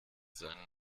seinen